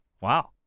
Wow